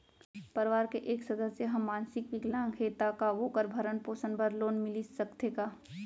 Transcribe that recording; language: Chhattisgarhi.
परवार के एक सदस्य हा मानसिक विकलांग हे त का वोकर भरण पोषण बर लोन मिलिस सकथे का?